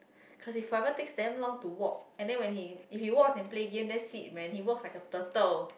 cause he forever takes damn to walk and then when he if he walks and play games that's it he walks like a turtle